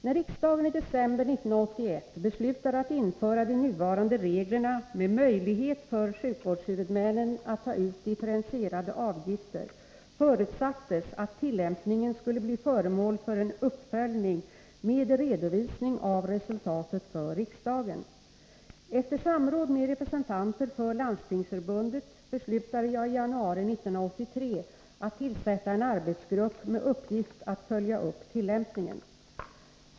När riksdagen i december 1981 beslutade att införa de nuvarande reglerna med möjlighet för sjukvårdshuvudmännen att ta ut differentierade avgifter, förutsattes att tillämpningen skulle bli föremål för en uppföljning med redovisning av resultatet för riksdagen. Efter samråd med representanter för Landstingsförbundet beslutade jag i januari 1983 att tillsätta en arbetsgrupp med uppgift att följa upp tillämpningen.